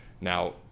Now